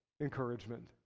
encouragement